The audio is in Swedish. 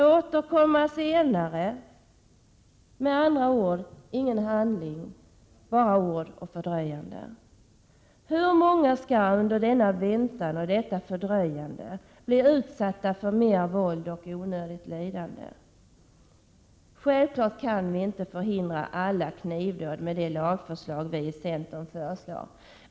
Återkom senare! Från er kan man med andra ord inte vänta sig handling, bara ord och fördröjande. Hur många skall under denna väntan och detta fördröjande bli utsatta för mer våld och onödigt lidande? Självfallet kan man inte förhindra alla knivdåd med den lag vi i centern föreslår.